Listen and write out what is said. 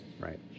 right